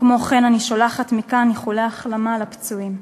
כמו כן, אני שולחת מכאן איחולי החלמה לפצועים.